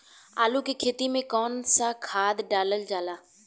आलू के खेती में कवन सा खाद डालल जाला?